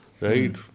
right